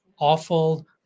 awful